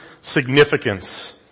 significance